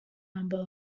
number